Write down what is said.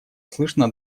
слышно